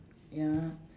ya